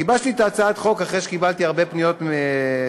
גיבשתי את הצעת החוק אחרי שקיבלתי הרבה פניות מאזרחים,